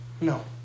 No